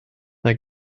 mae